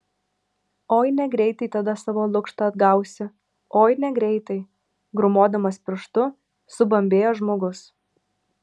oi negreitai tada savo lukštą atgausi oi negreitai grūmodamas pirštu subambėjo žmogus